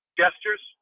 gestures